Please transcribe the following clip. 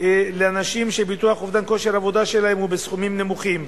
באנשים שביטוח אובדן כושר העבודה שלהם הוא בסכומים נמוכים.